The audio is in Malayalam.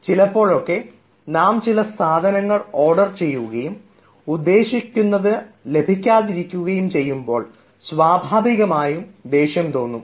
ചിലപ്പോഴൊക്കെ നാം ചില സാധനങ്ങൾ ഓർഡർ ചെയ്യുകയും ഉദ്ദേശിച്ചിരിക്കുന്നത് ലഭിക്കാതിരിക്കുകയും ചെയ്യുമ്പോൾ സ്വാഭാവികമായി ദേഷ്യം തോന്നും